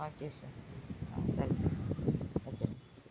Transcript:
okay sir சரிங்க sir வச்சிருங்க